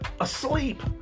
asleep